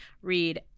read